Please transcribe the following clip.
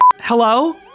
Hello